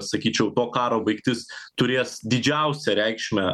sakyčiau to karo baigtis turės didžiausią reikšmę